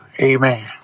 Amen